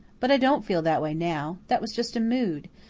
but i don't feel that way now. that was just a mood.